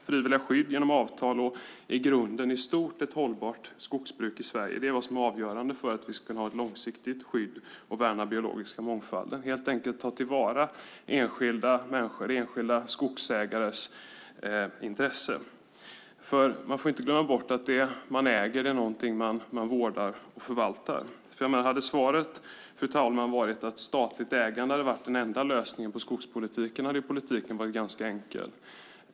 Frivilliga skydd genom avtal och i grunden ett hållbart skogsbruk i Sverige är avgörande för att vi ska ha ett långsiktigt skydd och kunna värna den biologiska mångfalden, helt enkelt ta till vara enskilda människors och enskilda skogsägares intressen. Man får inte glömma bort att det man äger är någonting man vårdar och förvaltar. Hade svaret, fru talman, varit att statligt ägande hade varit den enda lösningen för skogspolitiken hade politiken varit ganska enkel.